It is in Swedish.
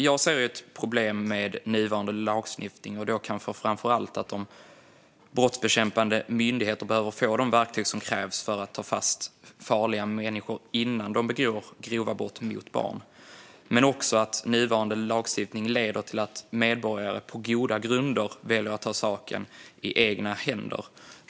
Jag ser problem med nuvarande lagstiftning - kanske framför allt att de brottsbekämpande myndigheterna behöver få de verktyg som krävs för att ta fast farliga människor innan dessa begår grova brott mot barn, men också att nuvarande lagstiftning leder till att medborgare, på goda grunder, väljer att ta saken i egna händer.